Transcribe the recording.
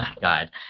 God